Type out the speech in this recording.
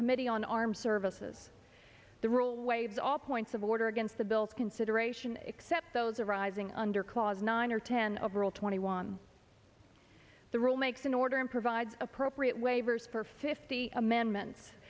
committee on armed services the rule waives all points of order against the bill consideration except those arising under clause nine or ten of rule twenty one the rule makes an order and provides appropriate waivers for fifty amendments